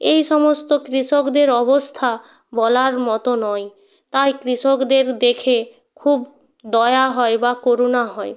এই সমস্ত কৃষকদের অবস্থা বলার মতো নয় তাই কৃষকদের দেখে খুব দয়া হয় বা করুণা হয়